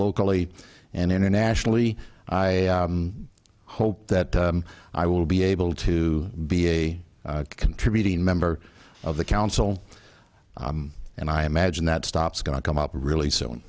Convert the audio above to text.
locally and internationally i hope that i will be able to be a contributing member of the council and i imagine that stops going to come up really soon